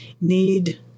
need